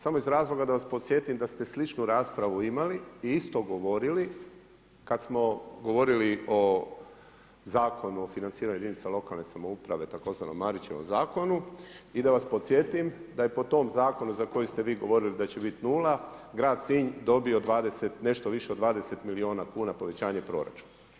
Samo iz razloga da vas podsjetim da ste sličnu raspravu imali i isto govorili kad smo govorili o Zakonu o financiranju jedinica lokalne samaouprave tzv. Marićevom zakonu i da vas podsjetim da je po tom Zakonu za koji ste vi govorili da će biti nula, grad Sinj dobio nešto više od 20 milijuna kuna povećanje proračuna.